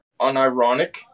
unironic